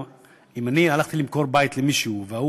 אם אני הלכתי למכור בית למישהו וההוא